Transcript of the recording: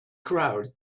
crowd